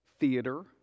theater